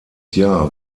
jahr